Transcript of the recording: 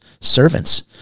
servants